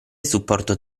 supporto